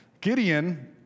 Gideon